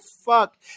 fuck